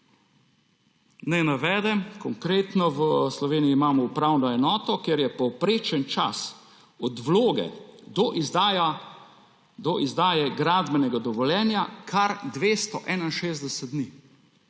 Naj navedem konkretno. V Sloveniji imamo upravno enoto, kjer je povprečen čas od vloge do izdaje gradbenega dovoljenja kar 261 dni.